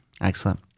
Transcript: Excellent